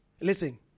Listen